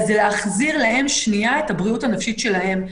זה להחזיר להם שנייה את הבריאות הנפשית שלהם.